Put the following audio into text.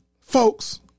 folks